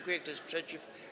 Kto jest przeciw?